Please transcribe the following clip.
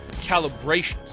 calibrations